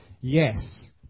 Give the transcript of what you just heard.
yes